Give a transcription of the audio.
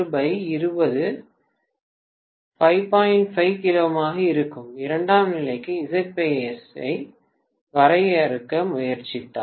5ῼ ஆக இருக்கும் இரண்டாம் நிலைக்கு Zbase ஐ வரையறுக்க முயற்சித்தால்